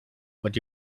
but